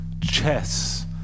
Chess